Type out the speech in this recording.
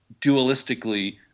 dualistically